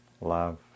Love